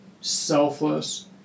selfless